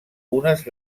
unes